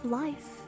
life